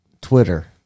Twitter